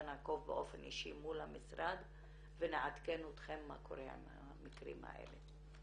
נעקוב באופן אישי מול המשרד ונעדכן אתכם מה קורה עם המקרים האלה.